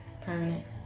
permanent